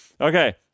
Okay